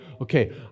okay